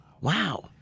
Wow